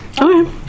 Okay